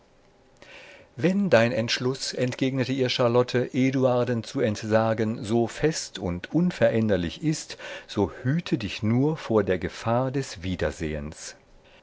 wenn dein entschluß entgegnete ihr charlotte eduarden zu entsagen so fest und unveränderlich ist so hüte dich nur vor der gefahr des wiedersehens